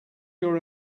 your